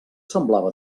semblava